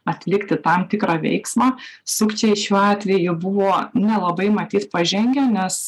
atlikti tam tikrą veiksmą sukčiai šiuo atveju buvo nelabai matyt pažengę nes